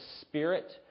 spirit